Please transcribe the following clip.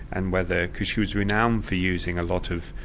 and whether because she was renowned for using a lot of,